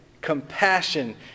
compassion